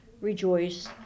rejoice